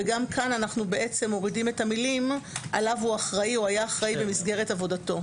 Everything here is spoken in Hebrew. ומורידים גם כאן את המילים: עליו אחראי או היה אחראי במסגרת עבודתו.